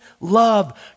love